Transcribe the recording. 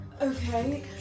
Okay